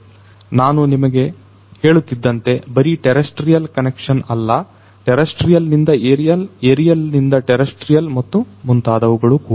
ನಾನು ನಿಮಗೆ ಹೇಳುತ್ತಿದ್ದಂತೆ ಬರೀ ಟೆರೆಸ್ರ್ಟಿಯಲ್ ಕನಕ್ಷನ್ ಅಲ್ಲ ಟೆರೆಸ್ರ್ಟಿಯಲ್ ನಿಂದ ಏರಿಯಲ್ ಏರಿಯಲ್ ನಿಂದ ಟೆರೆಸ್ರ್ಟಿಯಲ್ ಮತ್ತು ಮುಂತಾದವುಗಳು ಕೂಡ